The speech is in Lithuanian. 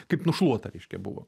kaip nušluota reiškia buvo